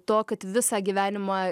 to kad visą gyvenimą